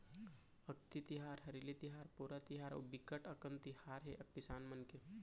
अक्ति तिहार, हरेली तिहार, पोरा तिहार अउ बिकट अकन तिहार हे किसान मन के